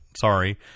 Sorry